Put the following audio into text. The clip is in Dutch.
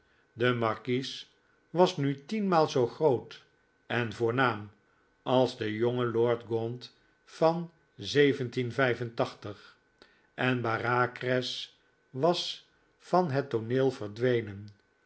de markies was nu tienmaal zoo groot en voornaam als de jonge lord gaunt van en bareacres was van het tooneel verdwenen